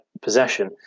possession